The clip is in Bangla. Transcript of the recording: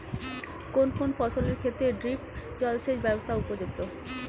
কোন কোন ফসলের ক্ষেত্রে ড্রিপ জলসেচ ব্যবস্থা উপযুক্ত?